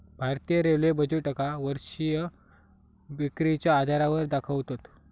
भारतीय रेल्वे बजेटका वर्षीय विक्रीच्या आधारावर दाखवतत